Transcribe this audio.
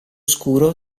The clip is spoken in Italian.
scuro